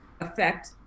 affect